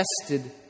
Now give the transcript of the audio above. tested